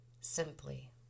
simply